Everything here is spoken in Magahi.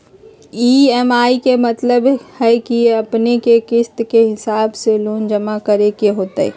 ई.एम.आई के मतलब है कि अपने के किस्त के हिसाब से लोन जमा करे के होतेई?